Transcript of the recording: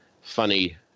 funny